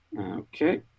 okay